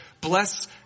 bless